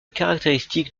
caractéristique